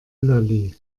lolli